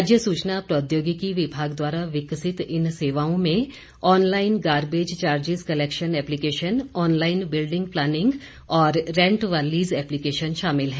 राज्य सूचना प्रौद्योगिकी विभाग द्वारा विकसित इन सेवाओं में online garbage charges collection application online building planning और रेंट व लीज एप्लीकेशन शामिल हैं